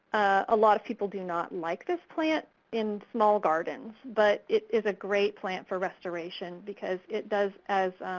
a lot of people do not like this plant in small gardens, but it is a great plant for restoration because it does as